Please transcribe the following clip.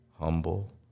humble